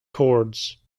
chords